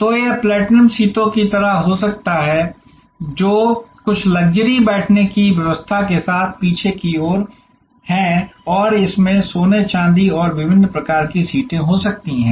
तो यह प्लैटिनम सीटों की तरह हो सकता है जो कुछ लक्जरी बैठने की व्यवस्था के साथ पीछे की ओर हैं और इसमें सोने चांदी और विभिन्न प्रकार की सीटें हो सकती हैं